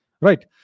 Right